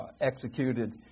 executed